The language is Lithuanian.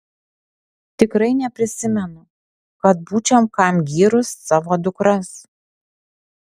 tikrai neprisimenu kad būčiau kam gyrus savo dukras